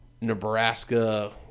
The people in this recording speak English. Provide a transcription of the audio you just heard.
Nebraska